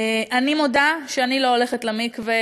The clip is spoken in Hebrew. אני מודה שאני לא הולכת למקווה,